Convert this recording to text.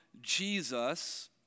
Jesus